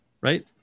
Right